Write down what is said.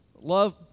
Love